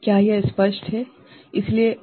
क्या यह स्पष्ट है - ठीक है